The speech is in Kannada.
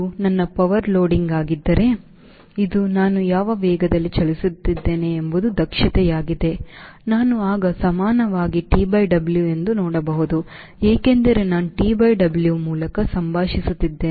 ಇದು ನನ್ನ ಪವರ್ ಲೋಡಿಂಗ್ ಆಗಿದ್ದರೆ ಇದು ನಾನು ಯಾವ ವೇಗದಲ್ಲಿ ಚಲಿಸುತ್ತಿದ್ದೇನೆ ಎಂಬುದು ದಕ್ಷತೆಯಾಗಿದೆ ಆಗ ನಾನು ಸಮಾನವಾಗಿ TW ಎಂದು ನೋಡಬಹುದು ಏಕೆಂದರೆ ನಾನು TW ಮೂಲಕ ಸಂಭಾಷಿಸುತ್ತಿದ್ದೇನೆ